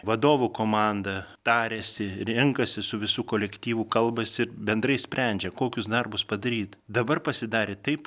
vadovų komanda tariasi renkasi su visu kolektyvu kalbasi bendrai sprendžia kokius darbus padaryt dabar pasidarė taip